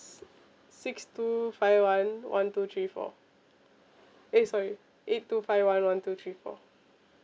six two five one one two three four eh sorry eight two five one one two three four